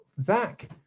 Zach